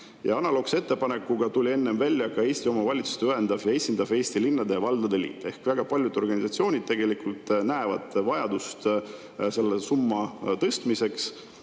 Analoogse ettepanekuga tuli enne välja ka Eesti omavalitsusi ühendav ja esindav Eesti Linnade ja Valdade Liit. Ehk väga paljud organisatsioonid tegelikult näevad vajadust selle summa tõstmiseks,